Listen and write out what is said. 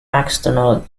external